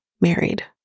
married